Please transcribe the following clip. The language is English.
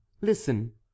listen